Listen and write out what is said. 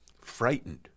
frightened